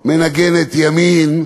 מנגנת ימין,